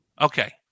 okay